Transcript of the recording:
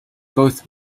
both